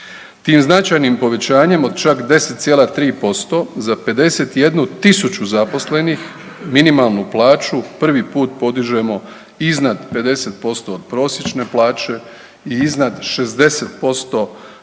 Tim značajnim povećanjem od čak 10,3% za 51.000 zaposlenih minimalnu plaću prvi puta podižemo iznad 50% od prosječne plaće i iznad 60%